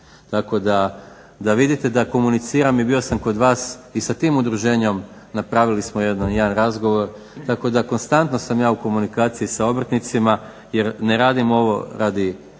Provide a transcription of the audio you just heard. Tako da vidite da komuniciram i bio sam kod vas i sa tim udruženjem napravili smo jedan razgovor. Tako da konstantno sam ja u komunikaciji sa obrtnicima jer ne radim ovo radi